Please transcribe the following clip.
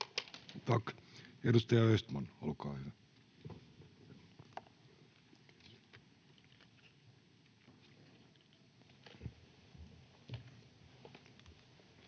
Edustaja Östman, olkaa hyvä.